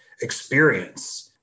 experience